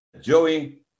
Joey